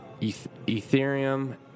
Ethereum